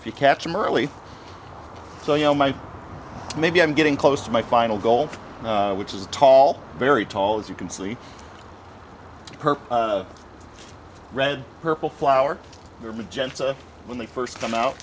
if you catch them early so you know my maybe i'm getting close to my final goal which is tall very tall as you can see her red purple flower there magenta when they first come out